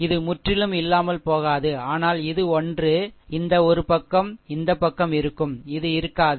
இது முற்றிலும் இல்லாமல் போகாது ஆனால் இது ஒன்று இந்த ஒரு பக்கம் இந்த பக்கம் இருக்கும் இது இருக்காது